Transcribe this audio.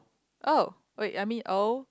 oh wait I mean oh